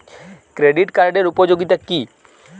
Credit কার্ডের উপযোগিতা কি?